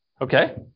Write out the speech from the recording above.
Okay